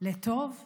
לטוב ולרע.